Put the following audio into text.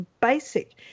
basic